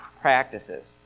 practices